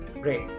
Great